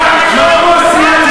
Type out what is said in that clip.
לא נכון,